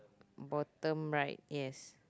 bottom right yes